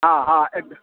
हँ हँ एक